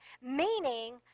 meaning